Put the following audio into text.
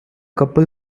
couple